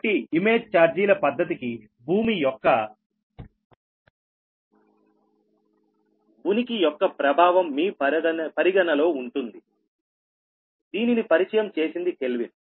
కాబట్టి ఇమేజ్ ఛార్జీల పద్ధతికి భూమి యొక్క ఉనికి యొక్క ప్రభావం మీ పరిగణలో ఉంటుందిదీనిని పరిచయం చేసింది కెల్విన్